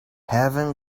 heaven